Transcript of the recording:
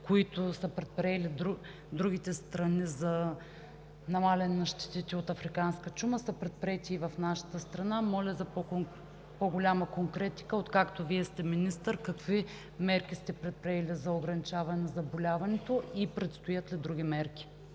които са предприели другите страни за намаляване на щетите от африканска чума, са предприети и в нашата страна. Моля за по-голяма конкретика: откакто Вие сте министър, какви мерки сте предприели за ограничаване на заболяването и предстоят ли други?